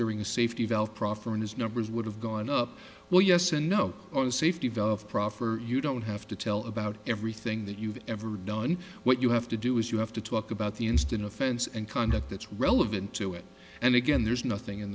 during safety valve proffering his numbers would have gone up well yes and no on safety valve proffer you don't have to tell about everything that you've ever done what you have to do is you have to talk about the instant offense and conduct that's relevant to it and again there's nothing in